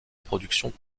productions